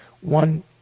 One